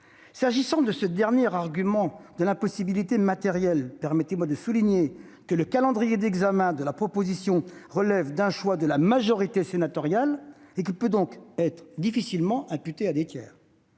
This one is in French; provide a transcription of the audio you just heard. S'agissant de ce dernier argument de l'impossibilité matérielle, permettez-moi de souligner que le calendrier d'examen de la proposition relève d'un choix de la majorité sénatoriale et qu'il peut donc difficilement être imputé à des tiers.